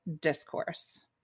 discourse